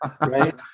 right